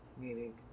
Meaning